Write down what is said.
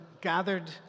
gathered